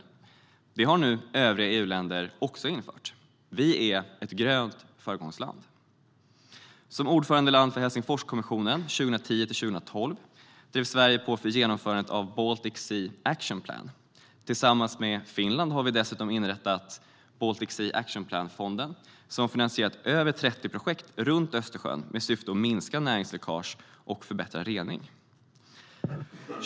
Detta förbud har nu även övriga EU-länder infört. Vi är ett grönt föregångsland. Som ordförandeland för Helsingforskommissionen 2010-2012 drev Sverige på för genomförandet av Baltic Sea Action Plan. Tillsammans med Finland har vi dessutom inrättat Baltic Sea Action Plan-fonden, som finansierat över 30 projekt runt Östersjön med syftet att minska näringsläckaget och förbättra reningen.